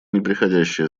непреходящее